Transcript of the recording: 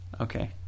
Okay